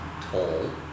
tall